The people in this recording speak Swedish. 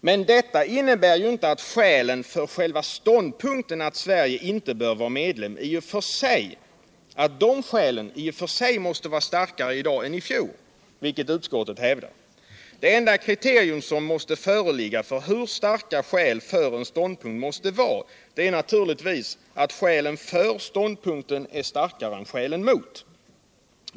Men detta innebär ju inte att skälen för själva ståndpunkten att Sverige inte bör vara medlem i och för sig måste vara starkare i dag än i fjol, vilket utskottet hävdar. Det enda kriterium som måste föreligga för hur starka skälen för en ståndpunkt måste vara är naturligtvis att skälen för ståndpunkten är starkare än skälen mot.